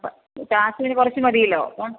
കാശ് പിന്നെ കുറച്ചു മതിയല്ലോ അപ്പം